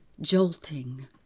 jolting